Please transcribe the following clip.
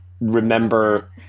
remember